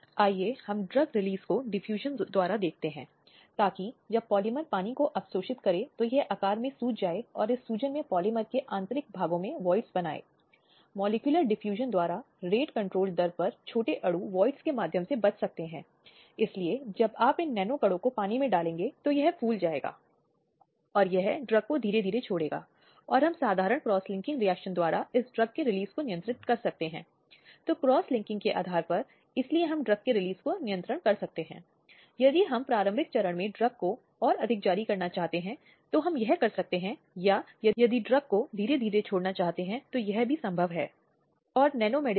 slide समय देखें 1202 जो पुलिस थानों में या अस्पतालों या जेलों में लोगों या महिलाओं पर किए जा रहे बलात्कारों से अनभिज्ञ है इसलिए ये ऐसी परिस्थितियां हैं जहां ऐसी महिला किसी लोक सेवक की हिरासत में है जैसे कि पुलिस स्टेशन या ऐसी जेल एक दंड संस्था या शायद एक अस्पताल आदि और ये बहुत बिगड़े रूप हैं क्योंकि जो व्यक्ति ऐसी संस्था के प्रभारी या प्रबंधन में है ऐसे मामलों में अपराधी बन जाता है